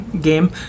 game